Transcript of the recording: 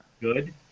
good